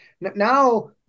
Now